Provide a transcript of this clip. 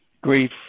Grief